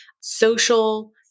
social